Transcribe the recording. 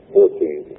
Fourteen